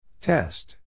Test